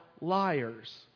liars